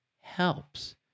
helps